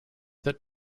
that